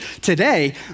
Today